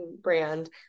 brand